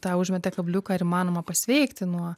tą užmetė kabliuką ar įmanoma pasveikti nuo